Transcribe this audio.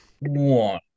One